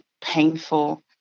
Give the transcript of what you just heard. painful